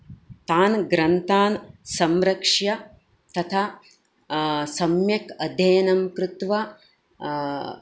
तान् ग्रन्थान् संरक्ष्य तथा सम्यक् अध्ययनं कृत्वा